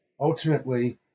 ultimately